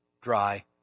dry